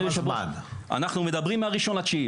אנחנו מדברים מה-1 בספטמבר,